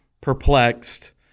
perplexed